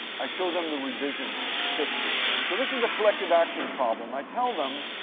i show them the revision history. so this is a collective action problem. i tell them,